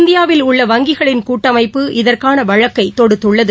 இந்தியாவில் உள்ள வங்கிகளின் கூட்டமைப்பு இதற்கான வழக்கை தொடுத்துள்ளது